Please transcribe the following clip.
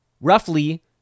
roughly